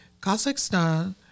Kazakhstan